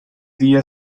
día